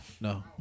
No